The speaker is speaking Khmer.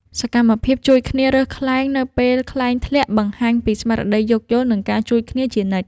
សកម្មភាពជួយគ្នារើសខ្លែងនៅពេលខ្លែងធ្លាក់ បង្ហាញពីស្មារតីយោគយល់ និងការជួយគ្នាជានិច្ច។